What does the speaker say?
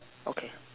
okay